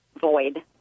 void